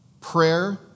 prayer